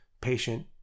patient